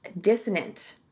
dissonant